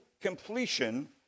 completion